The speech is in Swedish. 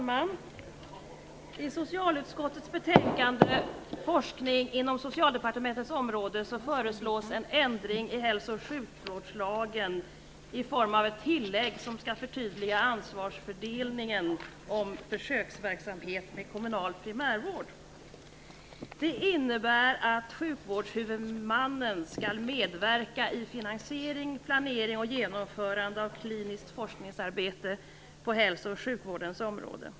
Fru talman! I socialutskottets betänkande Forskning inom Socialdepartementets verksamhetsområde föreslås en ändring i hälso och sjukvårdslagen i form av ett tillägg som skall förtydliga ansvarsfördelningen i försöksverksamhet med kommunal primärvård. Det innebär att sjukvårdshuvudmannen skall medverka i finansiering, planering och genomförande av kliniskt forskningsarbete på hälso och sjukvårdens område.